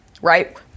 right